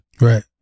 right